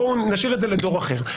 נשאיר את זה לדור אחר.